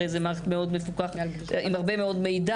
הרי זו מערכת מאוד מפוקחת עם הרבה מידע.